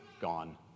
gone